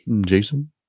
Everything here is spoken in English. Jason